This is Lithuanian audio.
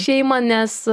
šeima nes